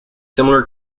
similar